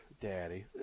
Daddy